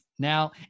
Now